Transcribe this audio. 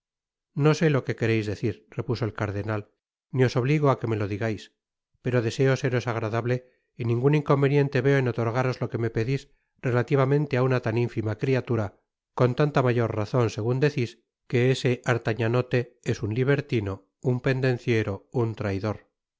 no sé lo que quereis decir repuso el cardenal ni os obligo á que me lo digais pero deseo seros agradable y ningun inconveniente veo en otorgaros lo que me pedis relativamente á una tan infima criatura con tanta mayor razon segun decis que ese artañanote es un libertino un pendenciero un traidor